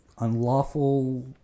unlawful